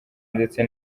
ndetse